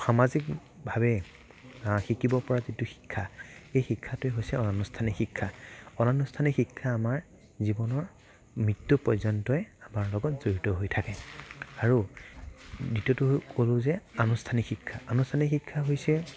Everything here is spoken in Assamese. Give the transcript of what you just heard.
সামাজিকভাৱে যিটো শিকিব পৰা শিক্ষা এই শিক্ষাটোৱে হৈছে অনানুষ্ঠানিক শিক্ষা অনানুষ্ঠানিক শিক্ষা আমাৰ জীৱনৰ মৃত্যু পৰ্যন্তই আমাৰ লগত জড়িত হৈ থাকে আৰু দ্বিতীয়টো ক'লো যে আনুষ্ঠানিক শিক্ষা আনুষ্ঠানিক শিক্ষা হৈছে